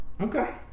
okay